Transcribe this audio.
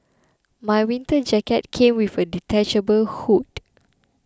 my winter jacket came with a detachable hood